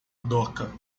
doca